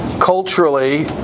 culturally